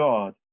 God